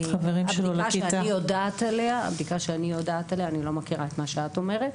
אני לא מכירה את מה שאת אומרת.